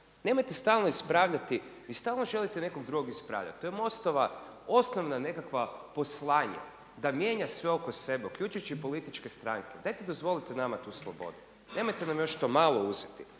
Nemojte stalno ispravljati, vi stalno želite nekog drugog ispravljati. To je MOST-ova osnovno nekakvo poslanje da mijenja sve oko sebe uključujući i političke stranke. Dajte dozvolite nama tu slobodu. Nemojte nam još to malo uzeti.